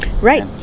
right